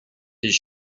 his